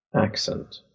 accent